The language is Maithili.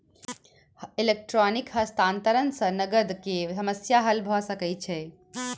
इलेक्ट्रॉनिक हस्तांतरण सॅ नकद के समस्या हल भ सकै छै